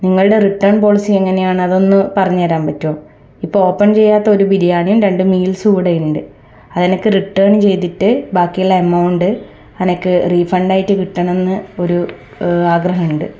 നിങ്ങളുടെ return policy എങ്ങനെയാണു അതൊന്നു പറഞ്ഞു തരാൻ പറ്റുമോ ഇപ്പോൾ ഓപ്പൺ ചെയ്യാത്ത ഒരു ബിരിയാണിയും രണ്ട് മീൽസും ഇവിടെയുണ്ട് അതെനിക്ക് റിട്ടേൺ ചെയ്തിട്ട് ബാക്കിയുള്ള എമൗണ്ട് എനിക്ക് റീഫണ്ട് ആയിട്ട് കിട്ടണം എന്നു ഒരു ആഗ്രഹമുണ്ട്